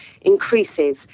increases